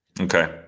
Okay